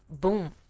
boom